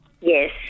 Yes